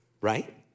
Right